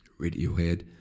Radiohead